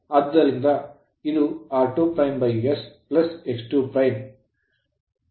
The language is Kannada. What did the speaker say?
ಆದ್ದರಿಂದ ಇದು r2s x2 jxm ಗೆ ಸಮಾನಾಂತರವಾಗಿದೆ